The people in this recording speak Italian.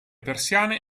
persiane